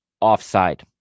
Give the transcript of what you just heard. offside